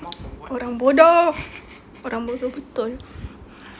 orang bodoh orang bodoh betul